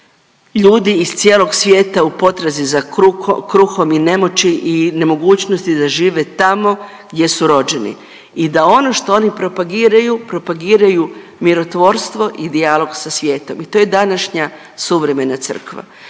ljudi iz cijelog svijeta u potrazi za kruhom i nemoći i nemogućnosti da žive tamo gdje su rođeni i da ono što oni propagiraju propagiraju mirotvorstvo i dijalog sa svijetom i to je današnja suvremena crkva.